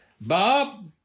Bob